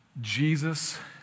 Jesus